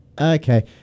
okay